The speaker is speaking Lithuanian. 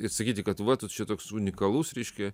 ir sakyti kad tu va tu čia toks unikalus reiškia